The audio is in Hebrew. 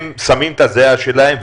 הם שמים את הזעה שלהם,